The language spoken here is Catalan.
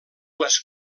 les